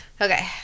Okay